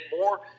more